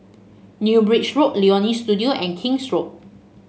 New Bridge Road Leonie Studio and King's Road